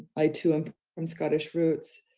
i too am from scottish roots,